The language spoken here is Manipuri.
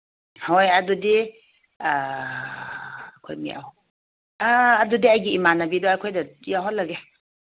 ꯍꯣꯏ ꯑꯗꯨꯗꯤ ꯑꯩꯈꯣꯏ ꯃꯤ ꯑꯍꯨꯝ ꯑꯗꯨꯗꯤ ꯑꯩꯒꯤ ꯏꯃꯥꯟꯅꯕꯤꯗꯨ ꯑꯩꯈꯣꯏꯗ ꯌꯥꯎꯍꯜꯂꯒꯦ